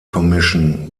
commission